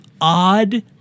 odd